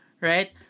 right